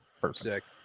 Perfect